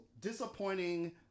disappointing